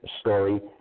story